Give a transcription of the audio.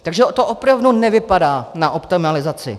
Takže to opravdu nevypadá na optimalizaci.